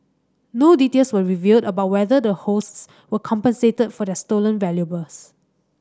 no details were revealed about whether the hosts were compensated for their stolen valuables